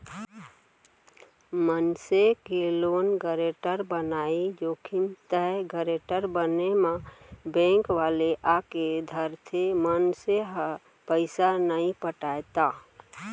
मनसे के loan guarantor बनई जोखिम ताय गारेंटर बने म बेंक वाले आके धरथे, मनसे ह पइसा नइ पटाय त